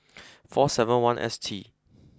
four seven one S T